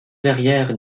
verrières